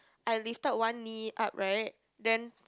I lifted one knee up right then